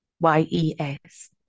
Y-E-S